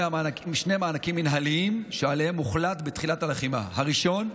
מענקים מינהליים שעליהם הוחלט בתחילת הלחימה: הראשון,